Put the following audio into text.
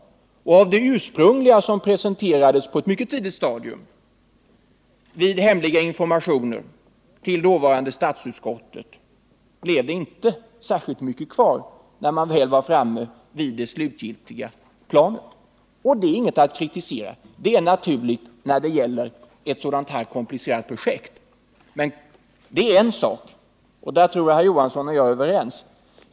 Av det ursprungliga, som hade presenterats på ett mycket tidigt stadium genom hemliga informationer till dåvarande statsutskottet, blev det inte särskilt mycket kvar när man väl var framme vid det slutgiltiga planet. Detta är ingenting att kritisera. Det är naturligt när det gäller ett sådant här komplicerat projekt. Men det är en sak, och därvidlag tror jag att herr Johansson och jag är överens.